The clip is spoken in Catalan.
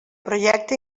projecte